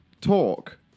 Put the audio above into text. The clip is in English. talk